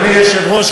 אדוני היושב-ראש,